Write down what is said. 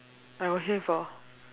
I got hear before